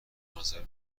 فرانسوی